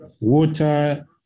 water